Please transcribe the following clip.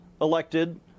elected